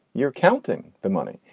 you're counting the money.